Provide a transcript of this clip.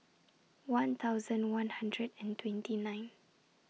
one thousand one hundred and twenty nine